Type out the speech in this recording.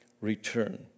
return